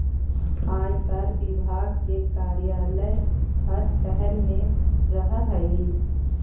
आयकर विभाग के कार्यालय हर शहर में रहऽ हई